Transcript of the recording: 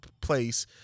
place